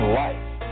life